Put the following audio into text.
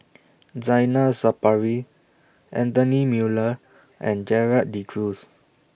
Zainal Sapari Anthony Miller and Gerald De Cruz